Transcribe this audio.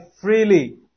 freely